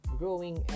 growing